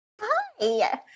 Hi